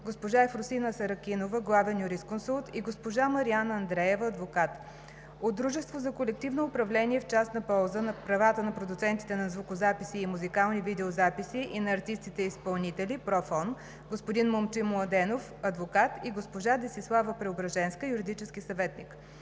госпожа Ефросина Саракинова – главен юрисконсулт, и госпожа Мариана Андреева – адвокат; от „Дружество за колективно управление в частна полза правата на продуцентите на звукозаписи и музикални видеозаписи и на артистите-изпълнители“ (ПРОФОН) – господин Момчил Младенов – адвокат, и госпожа Десислава Преображенска – юридически съветник;